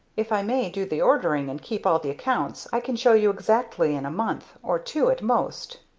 if i may do the ordering and keep all the accounts i can show you exactly in a month, or two at most.